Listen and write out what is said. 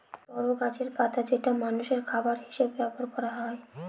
তরো গাছের পাতা যেটা মানষের খাবার হিসেবে ব্যবহার করা হয়